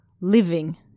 living